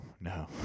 no